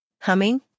humming